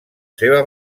seva